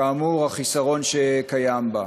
כאמור, החיסרון שקיים בה.